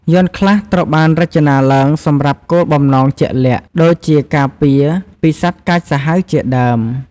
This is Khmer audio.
យ័ន្តខ្លះត្រូវបានរចនាឡើងសម្រាប់គោលបំណងជាក់លាក់ ដូចជាការពារពីសត្វកាចសាហាវជាដើម។